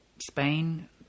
Spain